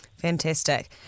Fantastic